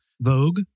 Vogue